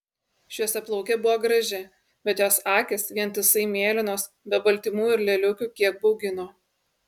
šviesiaplaukė buvo graži bet jos akys vientisai mėlynos be baltymų ir lėliukių kiek baugino